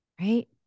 right